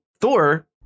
Thor